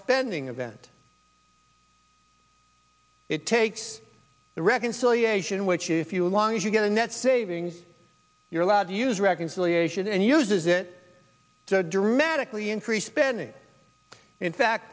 spending event it takes the reconciliation which if you long as you get a net savings you're allowed to use reconciliation and uses it to dramatically increase spending in fact